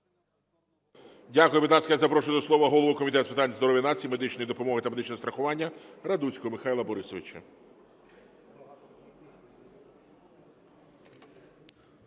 Дякую. Будь ласка, я запрошую до слова голову Комітету з питань здоров'я нації, медичної допомоги та медичного страхування Радуцького Михайла Борисовича.